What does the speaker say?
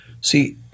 See